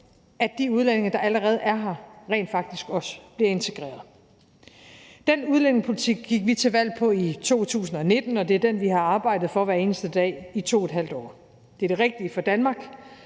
at de udlændinge, der allerede er her, rent faktisk også bliver integreret. Den udlændingepolitik gik vi til valg på i 2019, og det er den, vi har arbejdet for hver eneste dag i 2½ år. Det er det rigtige for Danmark,